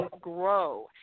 grow